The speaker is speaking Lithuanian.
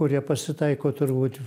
kurie pasitaiko turbūt